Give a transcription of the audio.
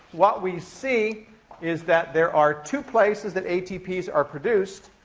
what we see is that there are two places that atps are produced.